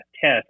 test